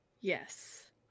yes